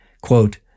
quote